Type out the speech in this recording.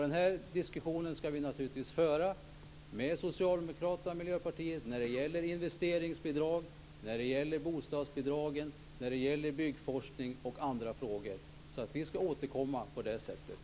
Den här diskussionen skall vi naturligtvis föra med Socialdemokraterna och Miljöpartiet - när det gäller investeringsbidrag, när det gäller bostadsbidragen, när det gäller byggforskning och när det gäller andra frågor. Vi skall återkomma på det sättet.